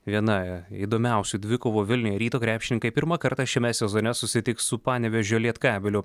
viena įdomiausių dvikovų vilniuje ryto krepšininkai pirmą kartą šiame sezone susitiks su panevėžio lietkabeliu